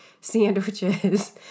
sandwiches